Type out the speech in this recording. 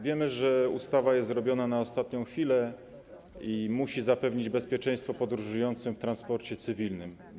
Wiemy, że ustawa jest przygotowana na ostatnią chwilę i musi zapewnić bezpieczeństwo podróżującym w transporcie cywilnym.